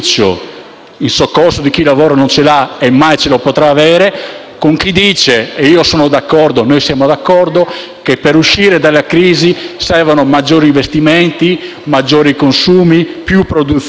in soccorso di chi il lavoro non ce l'ha e mai ce lo potrà avere, con chi dice - e noi siamo d'accordo - che per uscire dalla crisi servono maggiori investimenti, maggiori consumi, più produzione,